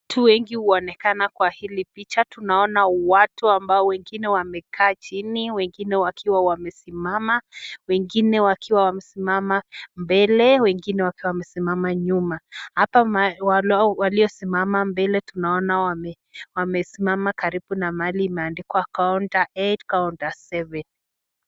Watu wengi huonekana kwa hili picha. Tunaona watu ambao wengine wamekaa chini, wengine wakiwa wamesimama. Wengine wakiwa wamesimama mbele, wengine wakiwa wamesimama nyuma. Hapa waliosimama mbele tunaona wamesimama karibu na mahali imeandikwa [counter 8], [counter 7].